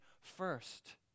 first